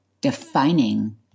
defining